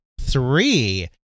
Three